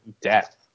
death